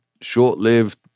short-lived